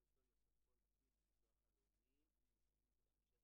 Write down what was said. אני מתחברת למה שחבר הכנסת ילין אמר.